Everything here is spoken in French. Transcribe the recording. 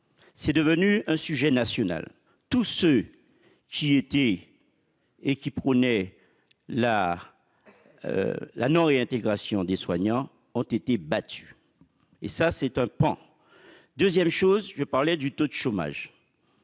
c'est devenu un sujet national tout ceux qui était et qui prônait la la non réintégration des soignants ont été battus et ça, c'est un pan 2ème chose je parlais du taux de chômage,